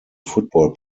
football